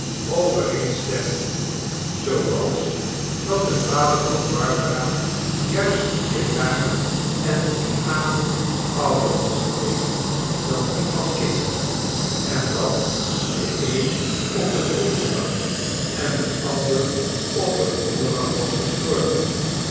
wijzeovereenstemden zooals dat de vader van barbara juist vier jaren en tien maanden ouder was geweest dan die van kit en dat deeen op een woensdag en de ander op een donderdag was gestorven